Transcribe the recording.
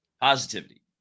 Positivity